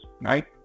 right